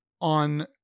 on